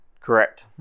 Correct